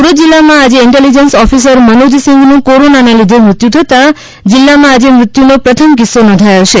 સુરત જિલ્લામાં આજે intelligence officer Manoj સીંગનું કોરોનાને લીધે મૃત્યું થતાં જિલ્લામાં આજે મૃત્યુમાં પ્રથમ કિસ્સો નોંધાયો છે